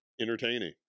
entertaining